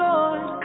Lord